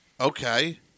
Okay